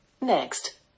Next